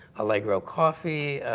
allegro coffee,